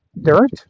dirt